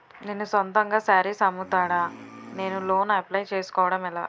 నేను సొంతంగా శారీస్ అమ్ముతాడ, నేను లోన్ అప్లయ్ చేసుకోవడం ఎలా?